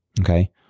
okay